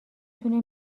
تونه